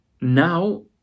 now